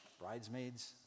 bridesmaids